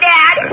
Dad